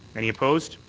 any opposed?